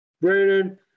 Brandon